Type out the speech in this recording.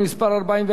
התשע"ב 2012,